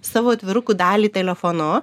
savo atvirukų dalį telefonu